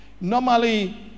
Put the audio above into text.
normally